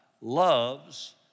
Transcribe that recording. loves